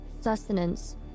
sustenance